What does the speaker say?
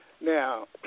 Now